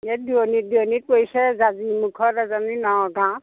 এই দূৰণিত দূৰণিত পৰিছে জাজিমুখত এজনী নগাঁও